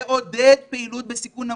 צריך לעודד פעילות בסיכון נמוך.